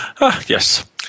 Yes